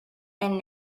and